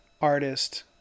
artist